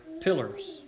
pillars